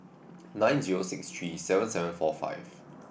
nine zero six three seven seven four five